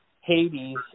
Hades